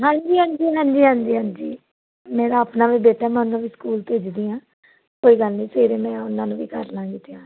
ਹਾਂਜੀ ਹਾਂਜੀ ਹਾਂਜੀ ਹਾਂਜੀ ਮੇਰਾ ਆਪਣਾ ਵੀ ਬੇਟਾ ਮੈਂ ਉਹਨੂੰ ਵੀ ਸਕੂਲ ਭੇਜਦੀ ਆ ਕੋਈ ਗੱਲ ਨਹੀਂ ਫਿਰ ਮੈਂ ਉਹਨਾਂ ਨੂੰ ਵੀ ਕਰ ਲਵਾਂਗੀ ਤਿਆਰ